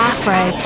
Afro